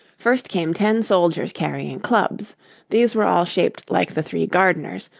first came ten soldiers carrying clubs these were all shaped like the three gardeners,